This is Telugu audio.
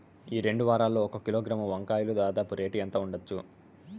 ఈ రెండు వారాల్లో ఒక కిలోగ్రాము వంకాయలు దాదాపు రేటు ఎంత ఉండచ్చు?